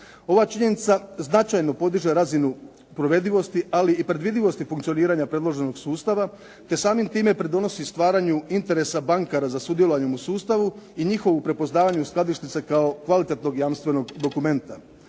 Ova činjenica značajno podiže razinu provedivosti, ali i predvidivosti funkcioniranja predloženog sustava te samim time pridonosi stvaranju interesa bankara za sudjelovanjem u sustavu i njihovu prepoznavanju skladišnice kao kvalitetnog jamstvenog dokumenta.